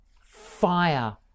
Fire